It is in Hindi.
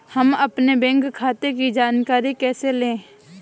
हम अपने बैंक खाते की जानकारी कैसे लें?